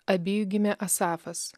abijui gimė asafas